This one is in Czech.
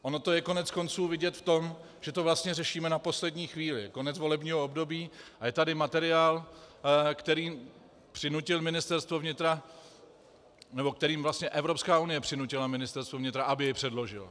Ono je to koneckonců vidět v tom, že to vlastně řešíme na poslední chvíli, konec volebního období, a je tady materiál, který přinutil Ministerstvo vnitra, nebo kterým vlastně Evropská unie přinutila Ministerstvo vnitra, aby jej předložilo.